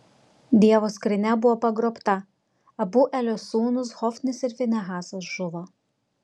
dievo skrynia buvo pagrobta abu elio sūnūs hofnis ir finehasas žuvo